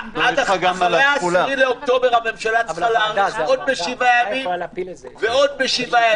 אחרי ה-10 באוקטובר הממשלה צריכה להאריך עוד ב-7 ימים ועוד ב-7 ימים?